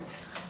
חקיקה.